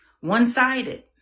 one-sided